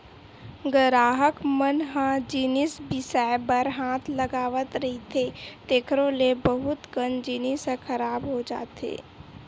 गराहक मन ह जिनिस बिसाए बर हाथ लगावत रहिथे तेखरो ले बहुत कन जिनिस ह खराब हो जाथे